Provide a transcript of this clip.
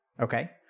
Okay